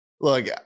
look